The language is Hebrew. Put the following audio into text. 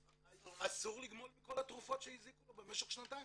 אסור לגמול מכל התרופות שהזיקו לו במשך שנתיים,